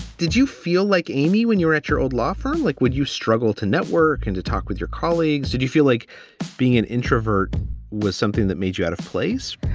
did you feel like, amy, when you were at your old law firm? like, would you struggle to network and to talk with your colleagues? did you feel like being an introvert was something that made you out of place?